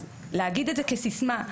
להגיד את זה כסיסמה,